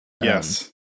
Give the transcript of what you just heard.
Yes